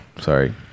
Sorry